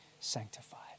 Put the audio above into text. sanctified